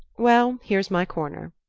well, here's my corner.